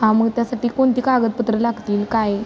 हा मग त्यासाठी कोणती कागदपत्रं लागतील काय